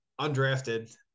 undrafted